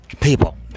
people